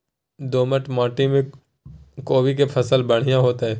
दोमट माटी में कोबी के फसल बढ़ीया होतय?